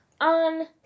on